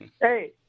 Hey